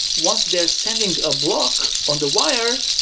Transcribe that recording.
once they're sending a block on the wire,